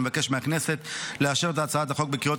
אני מבקש מהכנסת לאשר את הצעת החוק בקריאות